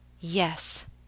Yes